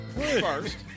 first